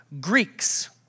Greeks